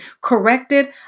corrected